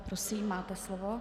Prosím, máte slovo.